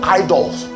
idols